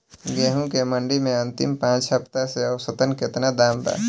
गेंहू के मंडी मे अंतिम पाँच हफ्ता से औसतन केतना दाम बा?